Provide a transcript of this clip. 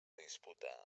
disputa